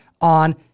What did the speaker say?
on